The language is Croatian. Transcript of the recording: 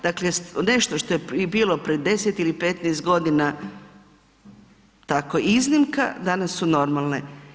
Dakle nešto što je bilo i prije 10 ili 15 godina tako iznimka danas su normalne.